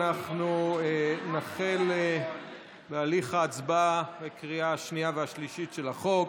אנחנו נחל בהליך ההצבעה בקריאה השנייה והשלישית על החוק.